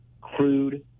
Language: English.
crude